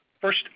First